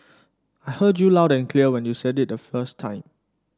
I heard you loud and clear when you said it the first time